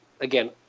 again